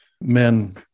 men